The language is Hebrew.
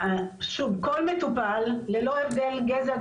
כל מטופל ללא הבדל גזע,